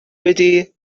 wedi